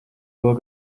uhr